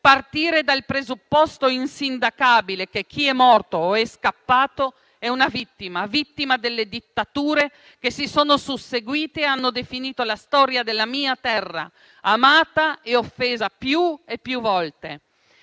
partire dal presupposto insindacabile che chi è morto o è scappato è una vittima delle dittature che si sono susseguite e hanno definito la storia della mia terra amata e offesa più e più volte.